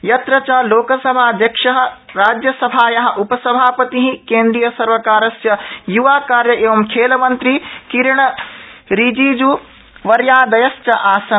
यत्र च लोकसभाध्यक्षः राज्यसभाया उपसभापति केन्द्रियसर्वकारस्य युवाकार्य एवं खेलमन्त्री किरणरिजिज् वर्यादयश्च आसन्